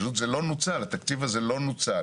פשוט זה לא נוצל, התקציב הזה לא נוצל